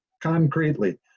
concretely